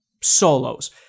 solos